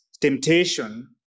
temptation